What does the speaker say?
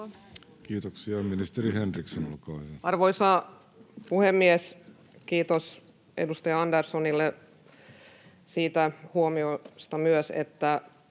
Kiitoksia. — Ministeri Henriksson, olkaa hyvä. Arvoisa puhemies! Kiitos edustaja Anderssonille siitä huomiosta myös, että